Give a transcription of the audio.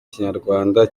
kinyarwanda